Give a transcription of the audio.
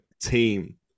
team